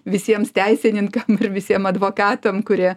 visiems teisininkam ir visiem advokatam kurie